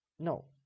No